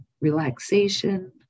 relaxation